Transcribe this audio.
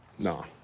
No